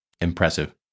impressive